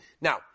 Now